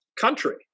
country